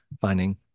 finding